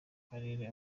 akarere